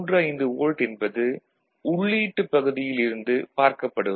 35 volt என்பது உள்ளீட்டுப் பகுதியில் இருந்து பார்க்கப்படுவது